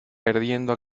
perdiendo